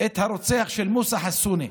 את הרוצח של מוסא חסונה.